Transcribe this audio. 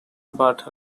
but